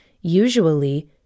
Usually